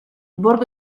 borgo